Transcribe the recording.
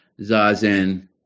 Zazen